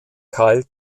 kyle